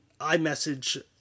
iMessage